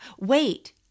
Wait